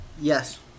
yes